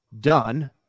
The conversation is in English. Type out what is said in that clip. done